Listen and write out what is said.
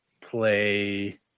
play